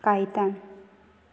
Caitan